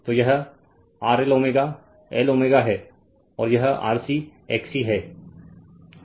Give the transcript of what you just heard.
तो यह RLω L ω है और यह RC XC है